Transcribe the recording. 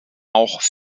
auch